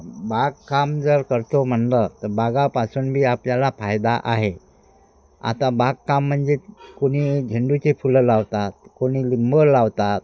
बागकाम जर करतो म्हणलं तर बागापासून बी आपल्याला फायदा आहे आता बागकाम म्हणजे कोणी झेंडूचे फुलं लावतात कोणी लिंबं लावतात